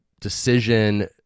decision